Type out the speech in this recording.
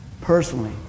Personally